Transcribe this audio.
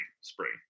spring